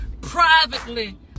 Privately